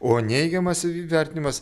o neigiamas vertinimas